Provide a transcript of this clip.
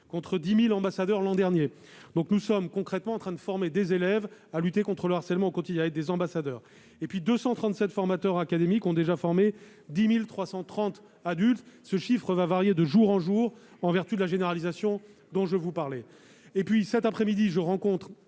contre 10 000 ambassadeurs l'an dernier. Nous sommes donc concrètement en train de former des élèves à lutter contre le harcèlement, au quotidien, avec ces ambassadeurs. En outre, 237 formateurs académiques ont déjà formé 10 330 adultes. Ce chiffre évoluera de jour en jour, en vertu de la généralisation du programme dont je vous parlais. Cet après-midi, je rencontre